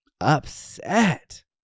upset